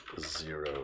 Zero